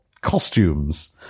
costumes